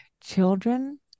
Children